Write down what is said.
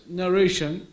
narration